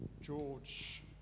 George